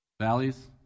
Valleys